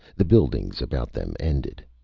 the buildings about them ended.